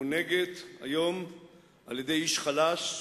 מונהגת היום בידי איש חלש,